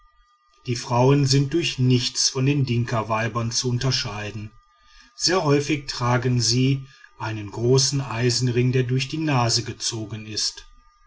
die frauen sind durch nichts von den dinkaweibern zu unterscheiden sehr häufig tragen sie einen großen eisenring der durch die nase gezogen ist